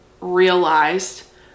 realized